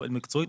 לא מקצועית,